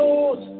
Lord